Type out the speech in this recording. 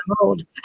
old